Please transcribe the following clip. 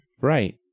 Right